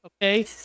okay